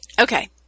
Okay